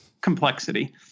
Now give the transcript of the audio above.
complexity